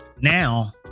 now